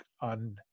on